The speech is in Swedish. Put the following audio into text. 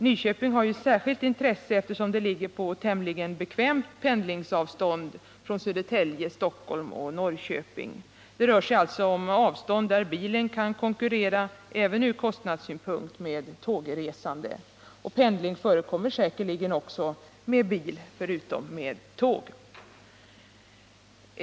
Nyköping ligger på tämligen bekvämt pendlingsavstånd från Södertälje, Stockholm och Norrköping. Det rör sig här om avstånd där resa med bil kan konkurrera med tågresa även från kostnadssynpunkt, och pendling förekommer säkerligen också med både bil och tåg.